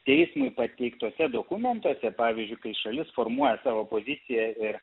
teismui pateiktuose dokumentuose pavyzdžiui kai šalis formuoja savo poziciją ir